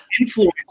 influence